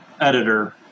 editor